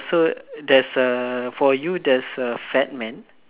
err so there's a for you there's a fat man